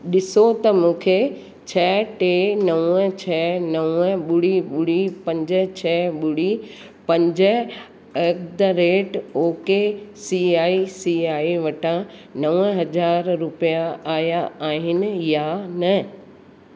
ॾिसो त मूंखे छह टे नव छ्ह नव ॿुड़ी ॿुड़ी पंज छ्ह ॿुड़ी पंज at the rate okay C I C I C I वटां नव हज़ार रुपिया आया आहिनि या न